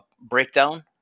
breakdown